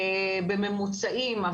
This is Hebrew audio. בממוצעים,